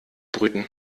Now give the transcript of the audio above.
brüten